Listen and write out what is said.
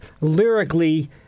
lyrically